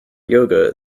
yoga